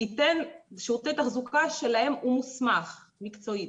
ייתן שירותי תחזוקה שלהם הוא מוסמך מקצועית.